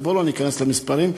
ובוא לא ניכנס למספרים.